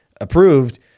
approved